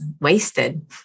wasted